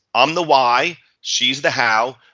i'm the why, she's the how,